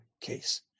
case